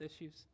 issues